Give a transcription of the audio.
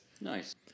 Nice